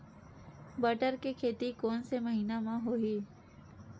बटर के खेती कोन से महिना म होही?